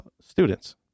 students